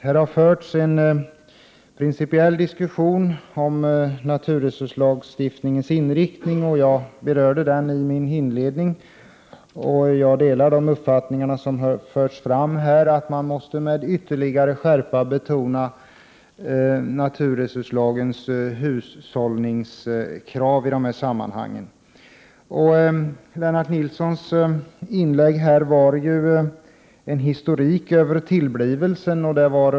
Här har förts en principiell diskussion om naturresurslagstiftningens inriktning. Jag berörde den i mitt inledningsanförande. Jag delar de uppfattningar som har förts fram här, att man med ytterligare skärpa måste betona naturresurslagens hushållningskrav i de här sammanhangen. Lennart Nilssons inlägg var en historik över tillblivelsen av naturresurslagen.